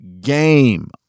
game